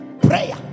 prayer